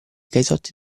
caisotti